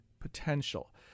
potential